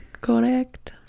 Correct